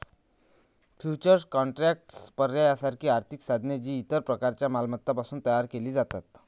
futures contracts, पर्याय यासारखी आर्थिक साधने, जी इतर प्रकारच्या मालमत्तांपासून तयार केली जातात